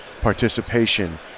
participation